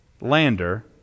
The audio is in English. lander